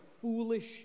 foolish